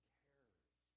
cares